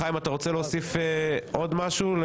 חיים, אתה רוצה להוסיף עוד משהו?